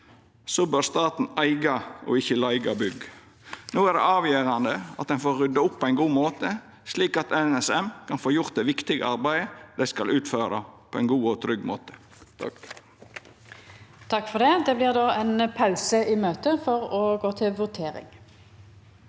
bør staten eiga og ikkje leiga bygg. No er det avgjerande at ein får rydda opp på ein god måte, slik at NSM kan få gjort det viktige arbeidet dei skal utføra, på ein god og trygg måte. Presidenten Det blir då ein pause i møtet for å gå til votering.